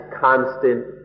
constant